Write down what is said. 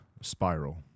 spiral